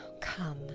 Come